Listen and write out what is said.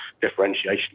differentiation